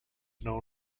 known